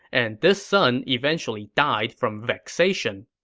and this son eventually died from vexation.